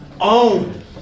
own